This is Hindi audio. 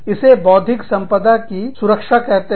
इसे बौद्धिक संपदा की सुरक्षा कहते हैं